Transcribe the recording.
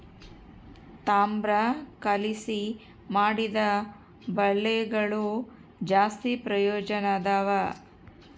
ತಾಮ್ರ ಕಲಿಸಿ ಮಾಡಿದ ಬಲೆಗಳು ಜಾಸ್ತಿ ಪ್ರಯೋಜನದವ